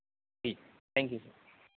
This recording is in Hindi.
ठीक थैंक यू सर